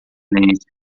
silêncio